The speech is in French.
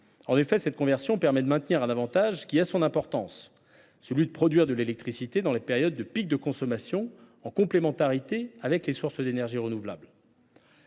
En effet, cette conversion permet de maintenir un avantage qui a son importance, celui de produire de l’électricité dans les périodes de pic de consommation, en complémentarité avec les sources d’énergie renouvelable.